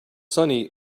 sunny